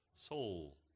soul